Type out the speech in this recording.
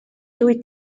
dwyt